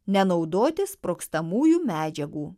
nenaudoti sprogstamųjų medžiagų